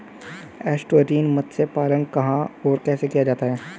Estuarine मत्स्य पालन कहां और कैसे किया जाता है?